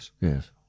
Yes